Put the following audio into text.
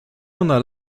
ona